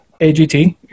agt